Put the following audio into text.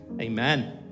amen